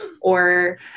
or-